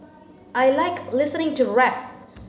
I like listening to rap